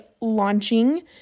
launching